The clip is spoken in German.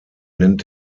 nennt